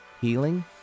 healing